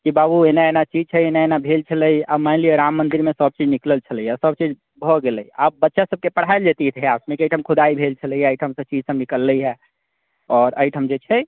कि बाबू एना एना चीज छै एना भेल छलै आब मानि लिअऽ राम मन्दिरमे सभचीज निकलल छलैए सभचीज भए गेलै आब बच्चा सभकेँ पढाएल जेतै इतिहासमे कि एहिठाम खुदाइ भेल छलैए एहिठामसँ चीज सभ निकललैए आओर एहिठाम जे छै